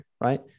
right